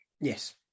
Yes